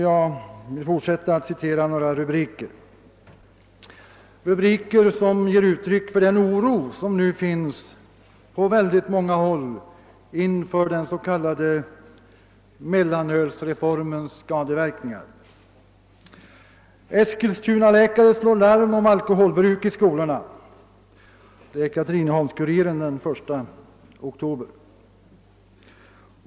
Jag fortsätter att citera några rubriker, som ger uttryck för den oro som nu råder på många håll inför den s.k. mellanölsreformens skadeverkningar. >Eskilstunaläkare slår larm om alkoholbruk i skolorna», skriver Katrineholms-Kuriren den 1 oktober.